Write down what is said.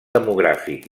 demogràfic